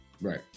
right